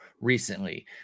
recently